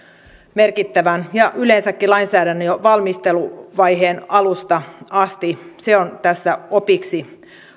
merkittävän lainsäädännön ja yleensäkin jo lainsäädännön valmisteluvaiheen alusta asti se on tästä opiksi